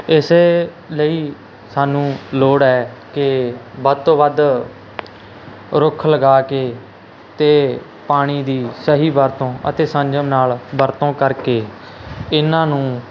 ਇਸ ਲਈ ਸਾਨੂੰ ਲੋੜ ਹੈ ਕਿ ਵੱਧ ਤੋਂ ਵੱਧ ਰੁੱਖ ਲਗਾ ਕੇ ਅਤੇ ਪਾਣੀ ਦੀ ਸਹੀ ਵਰਤੋਂ ਅਤੇ ਸੰਯਮ ਨਾਲ ਵਰਤੋਂ ਕਰਕੇ ਇਹਨਾਂ ਨੂੰ